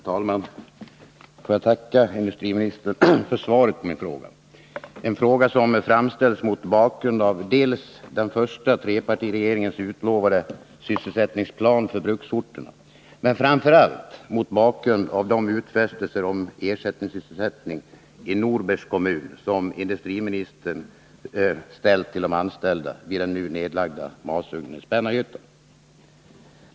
Herr talman! Jag ber att få tacka industriministern för svaret på min fråga, en fråga som framställts mot bakgrund av den första trepartiregeringens utlovade sysselsättningsplan för bruksorterna och framför allt mot bakgrund av de utfästelser om ersättningssysselsättning i Norbergs kommun som industriministern gjort till de anställda vid den nu nedlagda masugnen i Spännarhyttan.